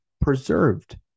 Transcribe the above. preserved